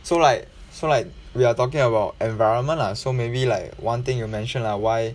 so like so like we are talking about environment lah so maybe like one thing you mentioned ah why